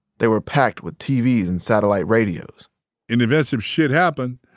they were packed with tvs and satellite radios in events, if shit happen,